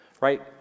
Right